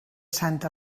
santa